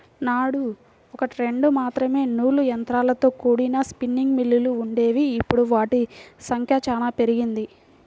నాడు ఒకట్రెండు మాత్రమే నూలు యంత్రాలతో కూడిన స్పిన్నింగ్ మిల్లులు వుండేవి, ఇప్పుడు వాటి సంఖ్య చానా పెరిగింది